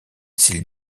s’il